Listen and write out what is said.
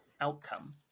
outcome